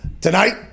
tonight-